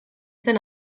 zen